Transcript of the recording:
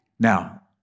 Now